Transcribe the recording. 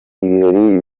ibirori